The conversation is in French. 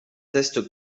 test